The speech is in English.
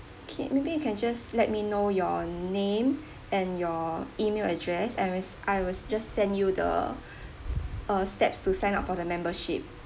okay maybe you can just let me know your name and your email address and as I was just send you the uh steps to sign up for the membership